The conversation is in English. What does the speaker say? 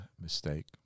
mistake